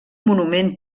monument